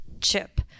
Chip